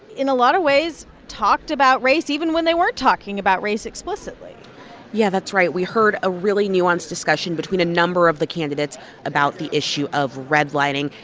in a lot of ways, talked about race even when they weren't talking about race explicitly yeah, that's right. we heard a really nuanced discussion between a number of the candidates about the issue of redlining,